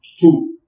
Two